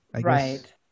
Right